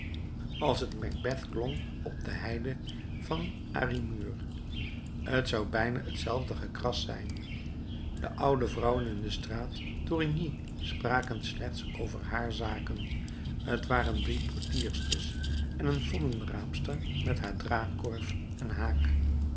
als het macbeth klonk op de heide van armuyr t zou bijna hetzelfde gekras zijn de oude vrouwen in de straat thorigny spraken slechts over haar zaken t waren drie portiersters en een voddenraapster met haar draagkorf en haak